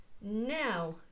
now